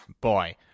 boy